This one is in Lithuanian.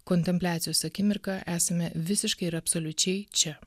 kontempliacijos akimirką esame visiškai ir absoliučiai čia